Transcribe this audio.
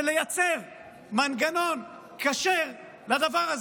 ולייצר מנגנון כשר לדבר הזה.